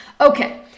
Okay